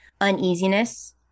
uneasiness